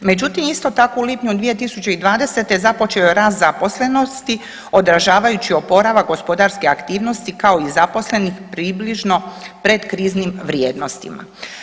Međutim isto tako u lipnju 2020. započeo je rast zaposlenosti odražavajući oporavak gospodarske aktivnosti kao i zaposlenih približno predkriznim vrijednostima.